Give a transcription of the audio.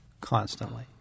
constantly